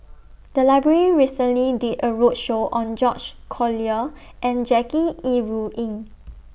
The Library recently did A roadshow on George Collyer and Jackie Yi Ru Ying